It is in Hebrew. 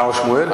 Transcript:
בהר-שמואל?